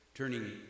turning